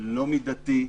לא מידתי,